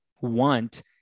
want